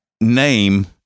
name